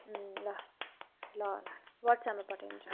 ल ल ल वाट्सएपमा पठाइदिन्छु